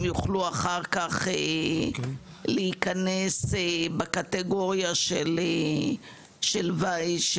שהוא צ'ופר עבור ההסכמה שלהם לטפל בחולים סופניים.